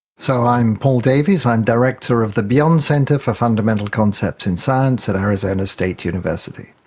so i'm paul davies, i'm director of the beyond center for fundamental concepts in science at arizona state university.